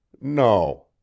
No